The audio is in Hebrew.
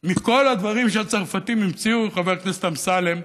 מכל הדברים שהצרפתים המציאו, חבר הכנסת אמסלם,